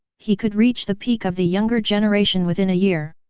he could reach the peak of the younger generation within a year.